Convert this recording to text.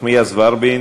נחמיאס ורבין